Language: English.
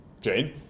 Jane